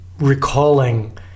recalling